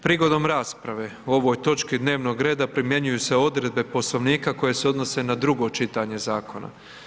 Prigodom rasprave o ovoj točki dnevnog reda primjenjuju se odredbe Poslovnika koje se odnose na drugo čitanje zakona.